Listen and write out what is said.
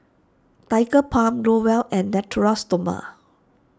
Tigerbalm Growell and Natura Stoma